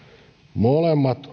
molemmat